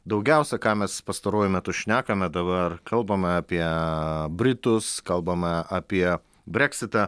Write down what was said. daugiausia ką mes pastaruoju metu šnekame dabar kalbama apie britus kalbama apie breksitą